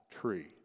tree